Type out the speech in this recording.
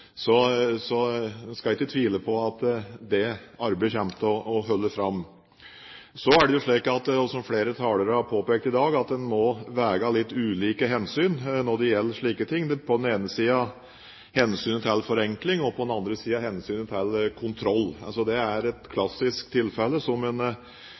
Så en skal ikke tvile på at det arbeidet kommer til å fortsette. Så er det slik, som flere talere har påpekt i dag, at en må veie litt ulike hensyn opp mot hverandre når det gjelder slike ting – på den ene siden hensynet til forenkling og på den andre siden hensynet til kontroll. Det er et klassisk tilfelle som